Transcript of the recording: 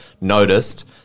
noticed